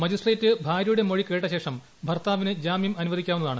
magistrate ഭാരൃയുടെ മൊഴി കേട്ടശേഷം ഭർത്താവിന് ജാമൃം അനുവദിക്കാവുന്നതാണ്